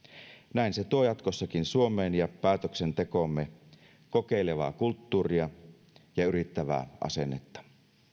näin se tuo jatkossakin suomeen ja päätöksentekomme kokeilevaa kulttuuria ja yrittävää asennetta